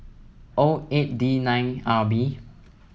O eight D nine R B